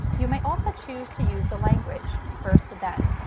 you may also choose to use the language first then,